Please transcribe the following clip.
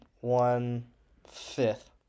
one-fifth